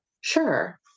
Sure